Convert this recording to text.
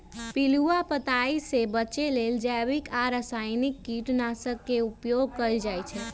पिलुआ पताइ से बचे लेल जैविक आ रसायनिक कीटनाशक के उपयोग कएल जाइ छै